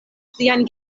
siajn